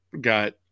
got